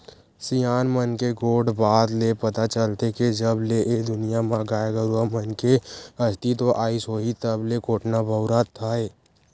सियान मन के गोठ बात ले पता चलथे के जब ले ए दुनिया म गाय गरुवा मन के अस्तित्व आइस होही तब ले कोटना बउरात हे